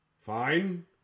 Fine